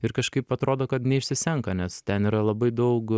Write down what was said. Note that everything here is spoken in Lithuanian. ir kažkaip atrodo kad neišsisenka nes ten yra labai daug